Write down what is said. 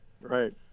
Right